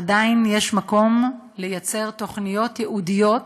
עדיין יש מקום ליצור תוכניות ייעודיות